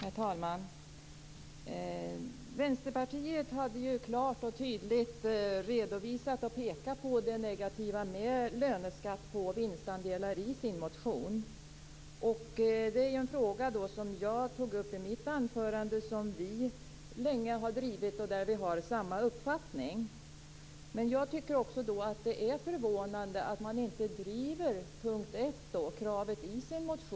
Herr talman! Vänsterpartiet hade klart och tydligt redovisat och pekat på det negativa med löneskatt på vinstandelar i sin motion. Det är en fråga som jag tog upp i mitt anförande, som vi länge har drivit och där vi har samma uppfattning. Jag tycker också att det är förvånande att man inte driver punkt 1, kravet i sin motion.